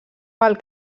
pel